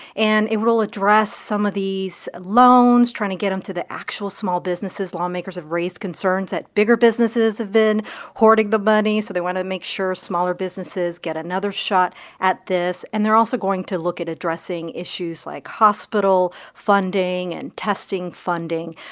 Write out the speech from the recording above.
and it will address some of these loans, trying to get them to the actual small businesses. lawmakers have raised concerns that bigger businesses have been hoarding the money. so they want to make sure smaller businesses get another shot at this. and they're also going to look at addressing issues like hospital funding and testing funding,